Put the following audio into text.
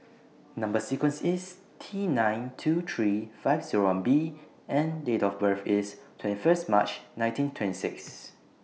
Number sequence IS T nine two three five Zero one B and Date of birth IS twenty First March nineteen twenty six